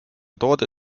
toode